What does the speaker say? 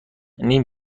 نیم